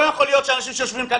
לא יכול להיות שהאנשים שיושבים כאן,